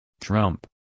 Trump